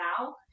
now